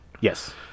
Yes